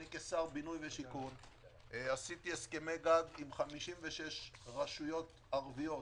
אני כשר בינוי ושיכון עשיתי הסכמי גג עם 56 רשויות ערביות,